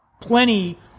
plenty